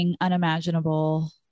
unimaginable